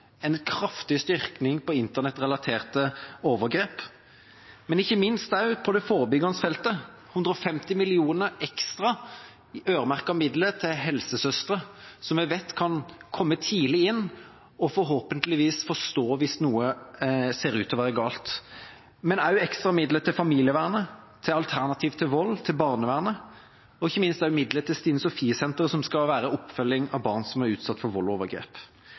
en kraftig styrking på internettrelaterte overgrep, og ikke minst, på det forebyggende feltet, 150 mill. kr ekstra i øremerkede midler til helsesøstre, som vi vet kan komme tidlig inn og forhåpentligvis forstå hvis noe ser ut til å være galt. Det er også ekstra midler til familievernet, til Alternativ til Vold, til barnevernet, og ikke minst midler til Stine Sofie Senteret, som skal være til oppfølging av barn som er utsatt for vold og overgrep.